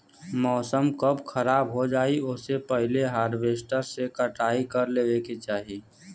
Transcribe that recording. मौसम कब खराब हो जाई ओसे पहिले हॉरवेस्टर से कटाई कर लेवे के चाही